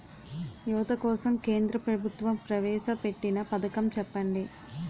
యువత కోసం కేంద్ర ప్రభుత్వం ప్రవేశ పెట్టిన పథకం చెప్పండి?